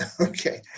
Okay